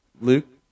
Luke